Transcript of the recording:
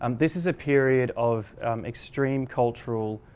um this is a period of extreme cultural